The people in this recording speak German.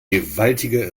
gewaltiger